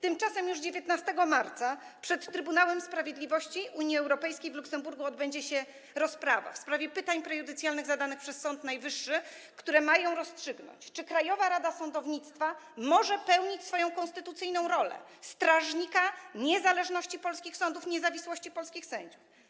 Tymczasem już 19 marca przed Trybunałem Sprawiedliwości Unii Europejskiej w Luksemburgu odbędzie się rozprawa w sprawie pytań prejudycjalnych zadanych przez Sąd Najwyższy, co pozwoli rozstrzygnąć, czy Krajowa Rada Sądownictwa może pełnić swoją konstytucyjną funkcję strażnika niezależności polskich sądów, niezawisłości polskich sędziów.